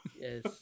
yes